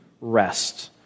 rest